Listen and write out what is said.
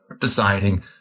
deciding